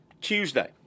Tuesday